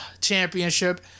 Championship